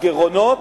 הגירעונות,